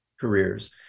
careers